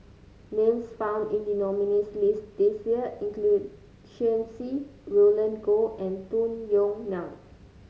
names found in the nominees' list this year include Shen Xi Roland Goh and Tung Yue Nang